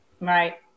Right